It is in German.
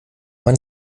man